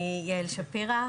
אני יעל שפירא.